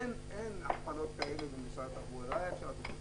אין הכפלות כאלה במשרד התחבורה, לא היה אפשר.